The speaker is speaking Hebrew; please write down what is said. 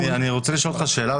--- נתי, אני רוצה לשאול אותך שאלה.